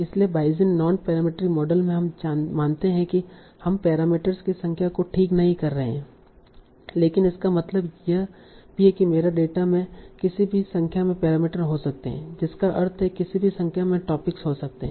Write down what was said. इसलिए Bayesian non parametric model में हम मानते हैं कि हम पैरामीटर्स की संख्या को ठीक नहीं कर रहे हैं लेकिन इसका मतलब यह भी है कि मेरे डेटा में किसी भी संख्या में पैरामीटर हो सकते हैं जिसका अर्थ है किसी भी संख्या में टॉपिक्स हो सकते है